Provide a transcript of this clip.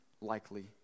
likely